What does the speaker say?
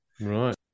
Right